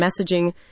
messaging